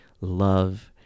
love